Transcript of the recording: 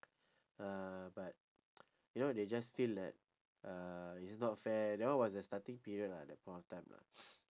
uh but you know they just feel that uh it's not fair that one was the starting period lah at that point of time lah